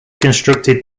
constructed